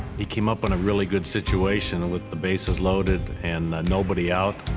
he came up on a really good situation and with the bases loaded and nobody out.